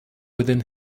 within